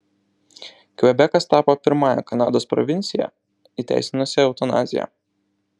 kvebekas tapo pirmąja kanados provincija įteisinusia eutanaziją